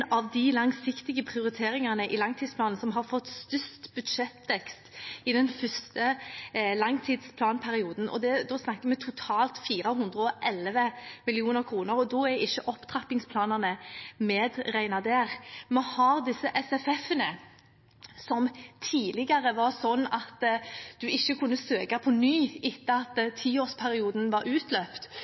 av de langsiktige prioriteringene i langtidsplanen som har fått størst budsjettvekst i den første langtidsplanperioden, og da snakker vi om totalt 411 mill. kr. Da er ikke opptrappingsplanene medregnet der. SFF-ene var tidligere sånn at en ikke kunne søke på ny etter at tiårsperioden var utløpt,